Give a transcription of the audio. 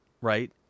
right